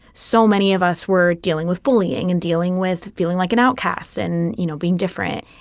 so many of us were dealing with bullying and dealing with feeling like an outcast and, you know, being different.